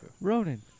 Ronan